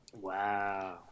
Wow